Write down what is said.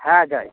হ্যাঁ যাই